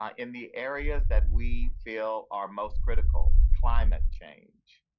um in the areas that we feel are most critical, climate change,